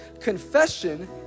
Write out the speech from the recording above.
Confession